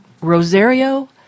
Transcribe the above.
Rosario